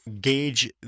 gauge